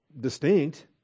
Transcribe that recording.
distinct